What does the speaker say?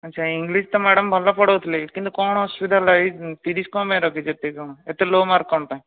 ଆଛା ଇଂଲିସ୍ ତ ମ୍ୟାଡ଼ାମ୍ ଭଲ ପଢ଼ାଉଥିଲେ କିନ୍ତୁ କ'ଣ ଅସୁବିଧା ହେଲା ଏଇ ତିରିଶ କ'ଣ ପାଇଁ ରଖିଛି ଏତେ କ'ଣ ଏତେ ଲୋ ମାର୍କ କ'ଣ ପାଇଁ